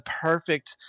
perfect